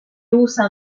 usa